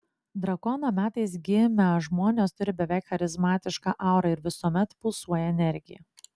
drakono metais gimę žmonės turi beveik charizmatišką aurą ir visuomet pulsuoja energija